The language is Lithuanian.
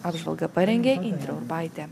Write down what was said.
apžvalgą parengė indrė urbaitė